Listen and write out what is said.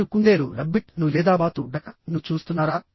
మీరు కుందేలు ను లేదా బాతు ను చూస్తున్నారా